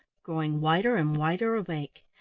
growing wider and wider awake,